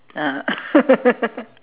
ah